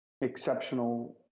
exceptional